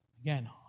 Again